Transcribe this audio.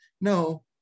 No